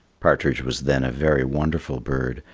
partridge was then a very wonderful bird,